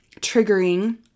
triggering